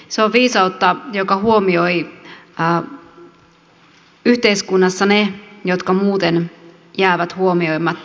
se on viisautta joka huomioi yhteiskunnassa ne jotka muuten jäävät huomioimatta